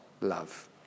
love